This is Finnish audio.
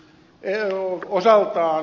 eu voisi auttaa